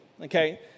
okay